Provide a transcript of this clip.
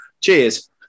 cheers